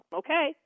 okay